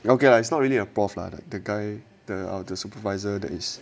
okay lah it's not really a prof lah that guy the the supervisor that is